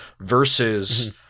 versus